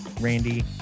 Randy